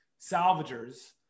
Salvagers